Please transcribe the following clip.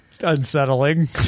unsettling